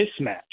mismatch